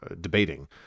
debating